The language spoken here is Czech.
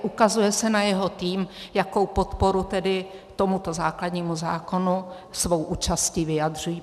Ukazuje se na jeho tým, jakou podporu tomuto základnímu zákonu svou účastí vyjadřují.